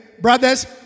brothers